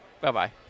bye-bye